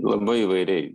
labai įvairiai